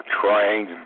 trying